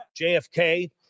JFK